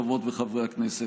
חברות וחברי הכנסת,